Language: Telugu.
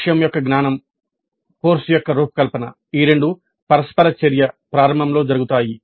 విషయం యొక్క జ్ఞానం కోర్సు యొక్క రూపకల్పన ఈ రెండూ పరస్పర చర్య ప్రారంభంలో జరుగుతాయి